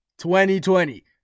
2020